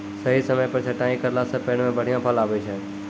सही समय पर छंटाई करला सॅ पेड़ मॅ बढ़िया फल आबै छै